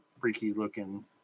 freaky-looking